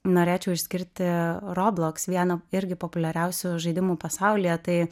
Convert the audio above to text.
norėčiau išskirti robloks vieno irgi populiariausių žaidimų pasaulyje tai